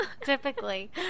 typically